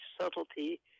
subtlety